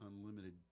unlimited